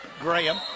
Graham